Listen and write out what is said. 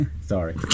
Sorry